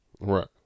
Right